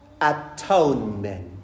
Atonement